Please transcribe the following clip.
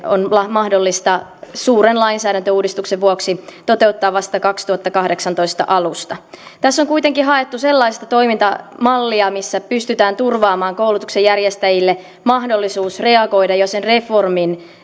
on mahdollista suuren lainsäädäntöuudistuksen vuoksi toteuttaa vasta kaksituhattakahdeksantoista alusta tässä on kuitenkin haettu sellaista toimintamallia missä pystytään turvaamaan koulutuksen järjestäjille mahdollisuus reagoida jo sen reformin